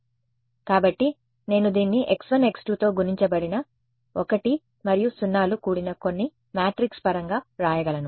కాబట్టి నేను దీన్ని x1x2 తో గుణించబడిన 1 లు మరియు 0 లు కూడిన కొన్ని మ్యాట్రిక్స్ పరంగా వ్రాయగలను